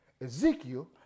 Ezekiel